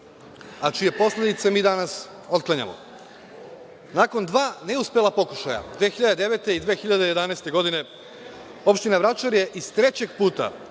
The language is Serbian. a čije posledice mi danas otklanjamo. Nakon dva neuspela pokušaja, 2009. i 2011. godine, opština Vračar je iz trećeg puta,